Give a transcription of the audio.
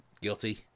Guilty